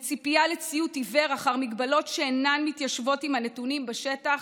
בציפייה לציות עיוור להגבלות שאינן מתיישבות עם הנתונים בשטח,